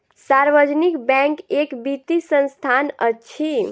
सार्वजनिक बैंक एक वित्तीय संस्थान अछि